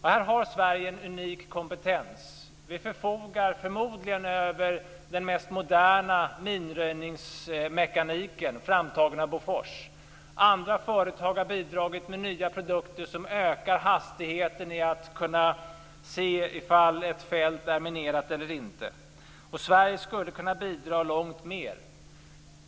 Här har Sverige en unik kompetens. Vi förfogar förmodligen över den mest moderna minröjningsmekaniken, framtagen av Bofors. Andra företag har bidragit med nya produkter, som ökar hastigheten med vilken man kan se om ett fält är minerat eller inte. Sverige skulle kunna bidra långt mer.